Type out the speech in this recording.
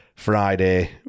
Friday